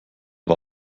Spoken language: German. war